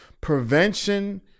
prevention